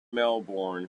melbourne